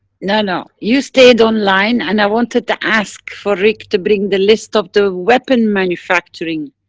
no, no. you stayed online and i wanted to ask for rick, to bring the list of the weapon manufacturing,